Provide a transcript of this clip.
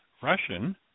Russian